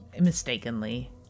mistakenly